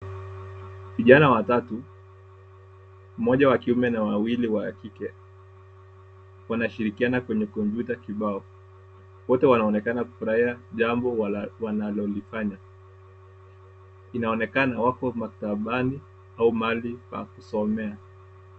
Vijana watatu, mmoja wa kiume na wawili wa kike, wanashirikiana kwenye kompyuta kibao. Wote wanaonekana kufurahia jambo wanalolifanya. Inaonekana wako maktabani au mahali pa kusomea.